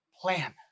plan